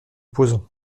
posons